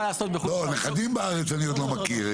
נכדים בארץ, אני עוד לא מכיר.